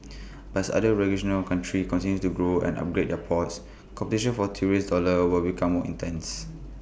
but as other regional countries continue to grow and upgrade their ports competition for tourist dollars will become more intense